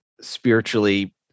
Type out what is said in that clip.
spiritually